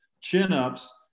chin-ups